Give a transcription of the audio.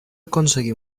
aconseguí